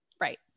Right